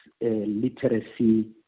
literacy